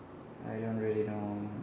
I don't really know